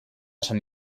sant